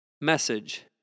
Message